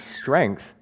strength